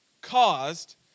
caused